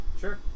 Sure